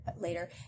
later